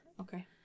Okay